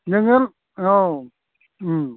नोङो औ